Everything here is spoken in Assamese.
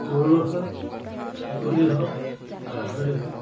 গৰু হওক ছাগলী হওক গাহৰি হওক